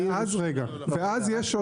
לא, ואז יש עוד.